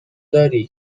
داری